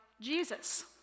Jesus